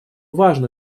важно